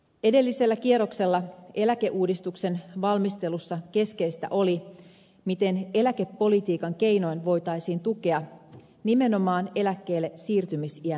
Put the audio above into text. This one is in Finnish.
edellisellä kierroksella eläkeuudistuksen valmistelussa keskeistä oli miten eläkepolitiikan keinoin voitaisiin tukea nimenomaan eläkkeellesiirtymisiän nousua